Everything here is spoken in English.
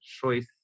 choice